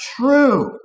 true